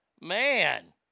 Man